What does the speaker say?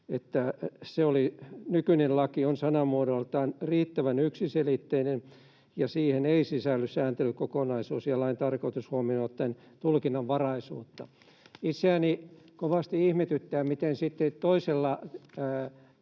nykyinen laki on sanamuodoltaan riittävän yksiselitteinen ja siihen ei sisälly sääntelykokonaisuus ja lain tarkoitus huomioon ottaen tulkinnanvaraisuutta. Itseäni kovasti ihmetyttää, miten sitten toisella